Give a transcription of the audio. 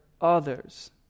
others